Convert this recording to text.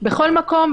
בכל מקום,